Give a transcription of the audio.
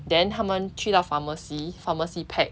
then 他们去到 pharmacy pharmacy pack